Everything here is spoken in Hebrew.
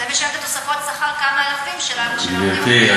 גברתי,